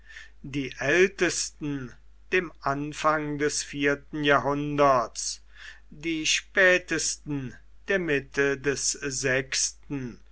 die ältesten dem anfang des vierten jahrhunderts die spätesten der mitte des sechsten